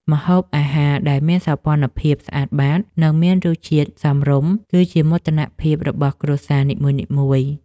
ម្ហូបអាហារដែលមានសោភ័ណភាពស្អាតបាត និងមានរសជាតិសមរម្យ គឺជាមោទនភាពរបស់គ្រួសារនីមួយៗ។